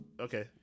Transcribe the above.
Okay